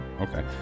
Okay